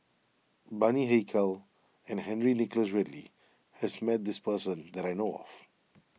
Bani Haykal and Henry Nicholas Ridley has met this person that I know of